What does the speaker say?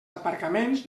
aparcaments